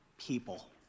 People